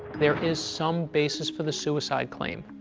there is some basis for the suicide claim.